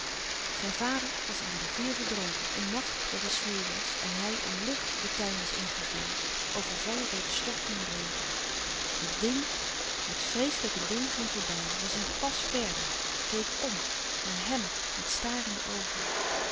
zijn vader was in de rivier verdronken een nacht dat het zwoel was en hij om lucht den tuin was ingegaan overvallen door den stortenden regen het dng het vreeslijke ding ging voorbij was een pas verder keek m naar hèm met starende oogen